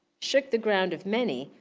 shook the ground of many,